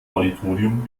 auditorium